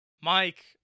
Mike